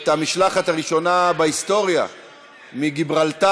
את המשלחת הראשונה בהיסטוריה מגיברלטר,